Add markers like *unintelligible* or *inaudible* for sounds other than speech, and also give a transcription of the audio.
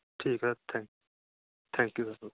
ਠੀਕ ਹੈ thank thank you *unintelligible*